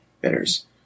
bidders